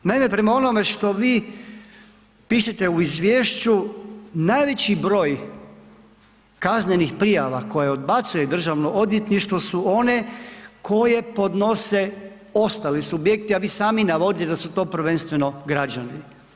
Naime, prema onome što vi pišete u izvješću najveći broj kaznenih prijava koje odbacuje državno odvjetništvo su one koje podnose ostali subjekti, a vi sami navodite da su to prvenstveno građani.